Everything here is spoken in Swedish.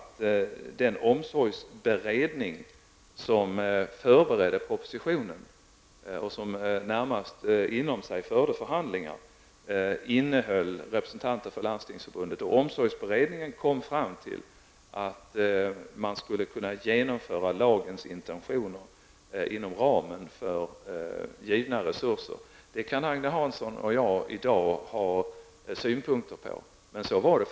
Den omsorgsberedning som förberedde propositionen och som närmast inom sig förde förhandlingar innehöll representanter för Landstingsförbundet. Omsorgsberedningen kom fram till att man skulle kunna genomföra lagens intentioner inom ramen för givna resurser. Det kan Agne Hansson och jag ha synpunkter på i dag.